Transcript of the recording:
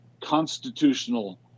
constitutional